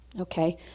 Okay